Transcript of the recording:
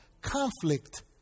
conflict